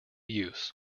use